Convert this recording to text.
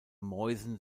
mäusen